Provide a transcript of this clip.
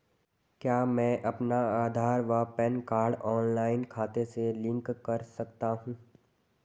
क्या मैं अपना आधार व पैन कार्ड ऑनलाइन खाते से लिंक कर सकता हूँ?